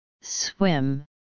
swim